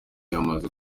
yamaze